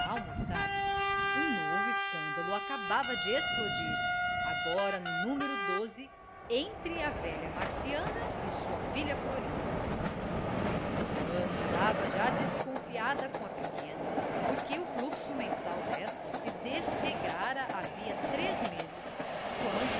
almoçar um novo escândalo acabava de explodir agora no numero entre a velha marciana e sua filha florinda marciana andava já desconfiada com a pequena porque o fluxo mensal desta se desregrara havia três meses quando